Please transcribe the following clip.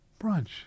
brunch